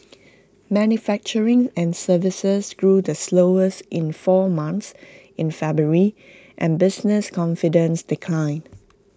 manufacturing and services grew the slowest in four months in February and business confidence declined